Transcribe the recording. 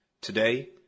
Today